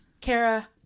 Kara